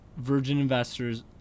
virgininvestors